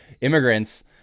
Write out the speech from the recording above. immigrants